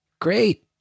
Great